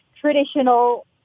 traditional